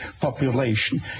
population